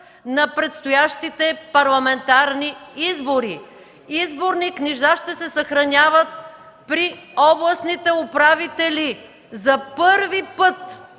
на предстоящите парламентарни избори изборни книжа ще се съхраняват при областните управители. За първи път!